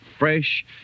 fresh